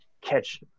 catch